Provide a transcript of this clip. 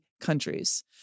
countries